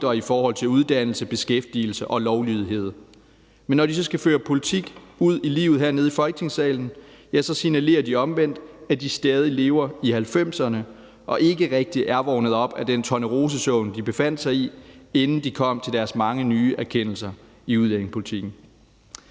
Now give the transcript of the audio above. i forhold til uddannelse, beskæftigelse og lovlydighed, men at de, når de så skal føre politik ud i livet hernede i Folketingssalen, omvendt signalerer, at de stadig lever i 1990'erne og ikke rigtig er vågnet op af den tornerosesøvn, de befandt sig i, inden de kom til deres mange nye erkendelser i udlændingepolitikken.